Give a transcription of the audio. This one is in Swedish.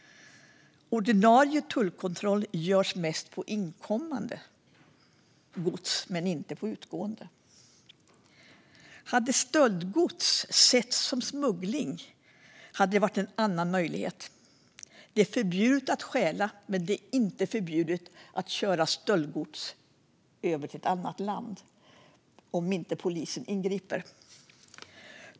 Ordinarie tullkontroll görs mest på inkommande gods, inte utgående. Hade stöldgods setts som smuggling hade en annan möjlighet funnits. Det är förbjudet att stjäla, men det är inte förbjudet att köra stöldgods till ett annat land såvida polisen inte ingriper.